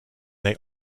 they